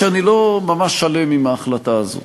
אני לא ממש שלם עם ההחלטה הזאת.